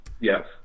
Yes